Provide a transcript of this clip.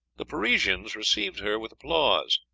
the parisians received her with applause,